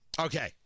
Okay